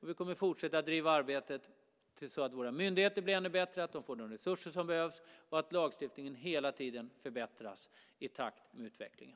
Vi kommer att fortsätta att bedriva arbetet så att våra myndigheter blir ännu bättre, så att de får de resurser som behövs och så att lagstiftningen hela tiden förbättras i takt med utvecklingen.